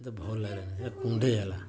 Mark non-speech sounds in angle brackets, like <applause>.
ମୋତେ ଭଲ ଲାଗିଲା ନାହିଁ <unintelligible> କୁଣ୍ଡେଇ ହେଲା